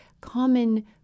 common